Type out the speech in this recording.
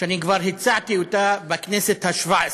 שכבר הצעתי אותה בכנסת השבע-עשרה.